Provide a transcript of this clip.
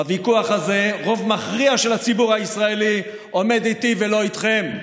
בוויכוח הזה רוב מכריע של הציבור הישראלי עומד איתי ולא איתכם.